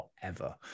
forever